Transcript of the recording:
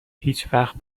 هیچوقت